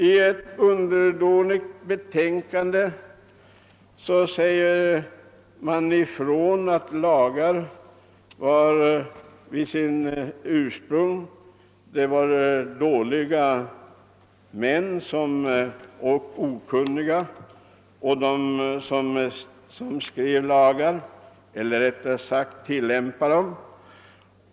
I ett underdånigt betänkande från 1823 säger man ifrån att det var okunniga män som skrev lagar eller rättare sagt tillämpade dem.